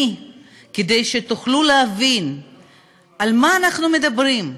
כדי שתוכלו להבין על מה אנחנו מדברים,